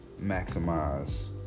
Maximize